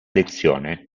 lezione